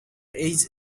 age